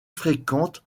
fréquente